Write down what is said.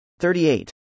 38